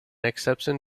exception